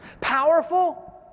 Powerful